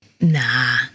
Nah